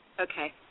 Okay